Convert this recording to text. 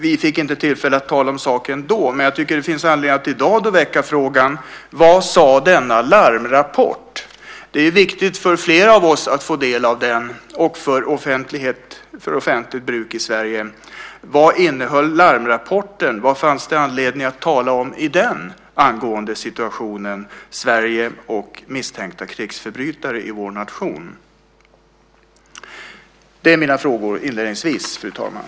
Vi fick inte tillfälle att tala om saken då, men jag tycker att det finns anledning att i dag väcka frågan: Vad sade denna larmrapport? Det är viktigt att få del av den för flera av oss och för offentligt bruk i Sverige. Vad innehöll larmrapporten? Vad finns det anledning att tala om i den angående situationen i Sverige med misstänkta krigsförbrytare i vår nation? Det är mina frågor inledningsvis, fru talman.